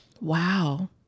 Wow